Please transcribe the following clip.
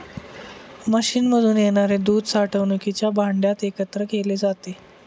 मशीनमधून येणारे दूध साठवणुकीच्या भांड्यात एकत्र केले जाते